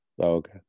Okay